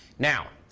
now,